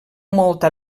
molta